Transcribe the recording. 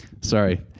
Sorry